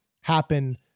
happen